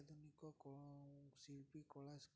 ଆଧୁନିକ କ ଶିଳ୍ପୀ କଳା କଳା